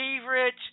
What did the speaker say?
favorite